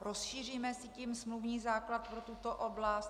Rozšíříme tím smluvní základ pro tuto oblast.